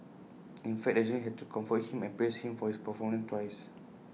in fact the journalist had to comfort him and praise him for his performance twice